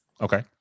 Okay